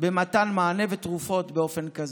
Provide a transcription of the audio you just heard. במתן מענה ותרופות באופן כזה.